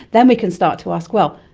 then we can start to ask, well,